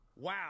Wow